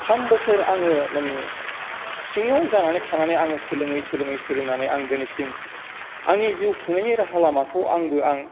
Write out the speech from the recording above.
थाम बोसोर आङो माने सिङाव जानानै थानानै आङो सोलोङै सोलोङै सोलोंनानै आं दिनैसिम आंनि जिउ खुंनायनि राहा लामाखौ आंबो आं